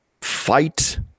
fight